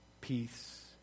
peace